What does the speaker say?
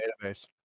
database